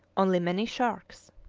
only many sharks.